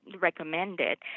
recommended